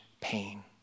pain